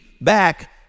back